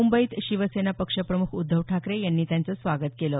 मुंबईत शिवसेना पक्षप्रमुख उद्धव ठाकरे यांनी त्यांचं स्वागत केलं